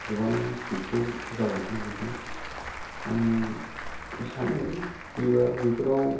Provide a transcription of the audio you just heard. गोबां स्पिडखौ जागोनखौ नुहुरदों आं सानो एबाराव बेफोराव